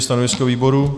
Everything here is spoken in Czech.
Stanovisko výboru?